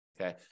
okay